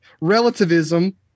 relativism